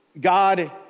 God